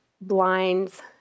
blinds